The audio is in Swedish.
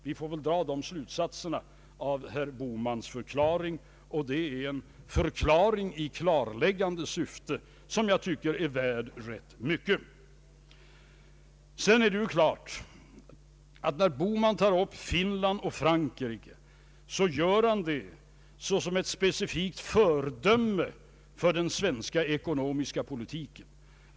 Vi får väl dra de slutsatserna av herr Bohmans förklaring, en deklaration i klarläggande syfte som jag tycker är värd rätt mycket. När herr Bohman nämner Finland och Frankrike är det klart att han gör det därför att han anser dessa länder Allmänpolitisk debatt vara ett specifikt föredöme för den svenska ekonomiska politiken.